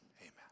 Amen